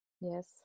Yes